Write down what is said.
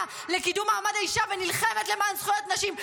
לקידום מעמד האישה ונלחמת למען זכויות נשים.